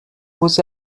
was